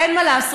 אין מה לעשות,